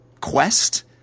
quest